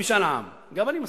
במשאל עם, גם אני מסכים.